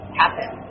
happen